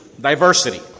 diversity